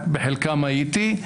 רק בחלקם הייתי.